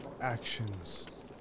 actions